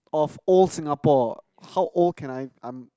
of old Singapore how old can I um